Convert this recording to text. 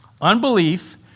Unbelief